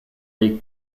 les